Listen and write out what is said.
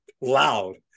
loud